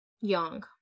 young